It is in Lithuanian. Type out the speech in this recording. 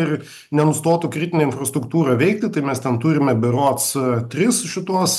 ir nenustotų kritinė infrastruktūra veikti tai mes ten turime berods tris šituos